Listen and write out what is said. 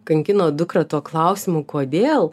kankino dukrą tuo klausimu kodėl